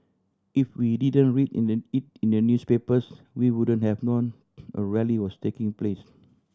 if we didn't read in the it in the newspapers we wouldn't have known a rally was taking place